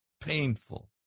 painful